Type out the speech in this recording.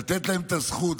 לתת להם את הזכות,